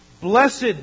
Blessed